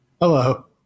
Hello